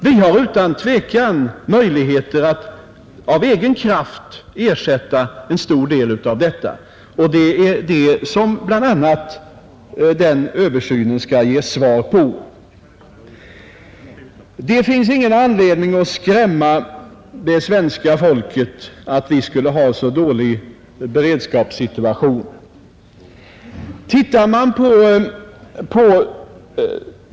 Vi har utan tvivel möjligheter att av egen kraft ersätta en stor del av denna, och det är bl.a. det som den översynen skall ge besked om. Det finns ingen anledning att skrämma det svenska folket med att vi skulle ha så dålig beredskapssituation.